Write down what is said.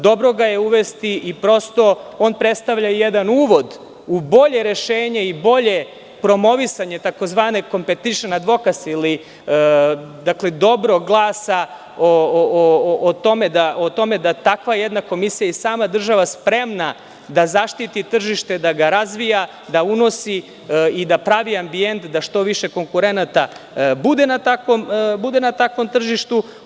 Dobro ga je uvesti i prosto on predstavlja jedan uvod u bolje rešenje i bolje promovisanje tzv. kompetišn advokas, ili dobrog glasa o tome da takva jedna komisija i sama država spremna da zaštiti tržište, da ga razvija, da unosi i da pravi ambijent da što više konkurenata bude na takvom tržištu.